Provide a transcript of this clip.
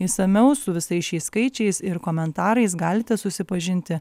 išsamiau su visais šiais skaičiais ir komentarais galite susipažinti